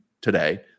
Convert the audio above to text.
today